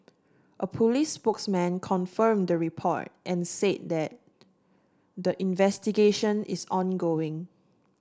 a police spokesman confirmed the report and said that the investigation is ongoing